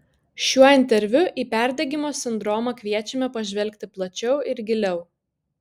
šiuo interviu į perdegimo sindromą kviečiame pažvelgti plačiau ir giliau